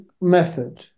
method